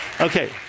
Okay